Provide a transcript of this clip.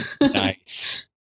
Nice